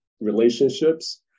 relationships